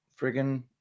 friggin